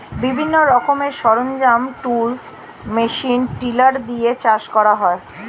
বিভিন্ন রকমের সরঞ্জাম, টুলস, মেশিন টিলার দিয়ে চাষ করা হয়